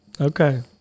Okay